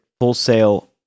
wholesale